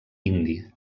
indi